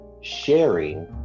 sharing